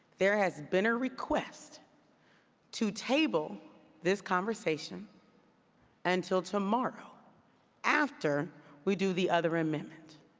there has been a request to table this conversation until tomorrow after we do the other amendment.